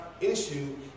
issue